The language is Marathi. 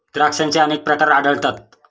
द्राक्षांचे अनेक प्रकार आढळतात